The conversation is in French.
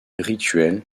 rituels